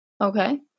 okay